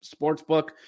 Sportsbook